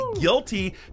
guilty